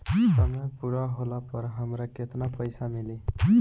समय पूरा होला पर हमरा केतना पइसा मिली?